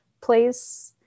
place